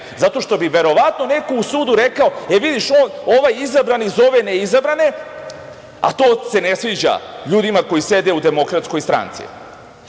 zato što bi verovatno neko u sudu rekao – e, vidiš ovaj izabrani zove ove neizabrane, a to se ne sviđa ljudima koji sede u DS.Ono što